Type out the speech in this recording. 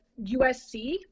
USC